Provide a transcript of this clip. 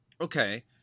Okay